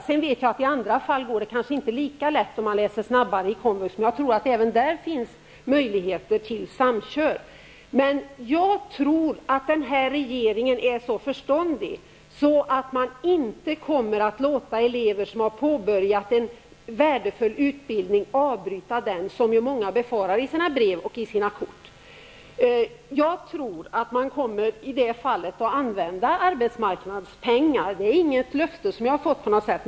Jag vet att det i andra fall kanske inte går lika lätt, där man t.ex. läser snabbare på komvux. Men jag tror att det även där finns möjligheter till samkörning. Jag tror att regeringen är så förståndig att man inte kommer att låta elever som har påbörjat en värdefull utbildning avbryta den. Det är ju många som befarar detta, som de skriver i sina brev eller kort. Jag tror att man i det fallet kommer att använda arbetsmarknadspengar. Det är inte något löfte som jag har fått.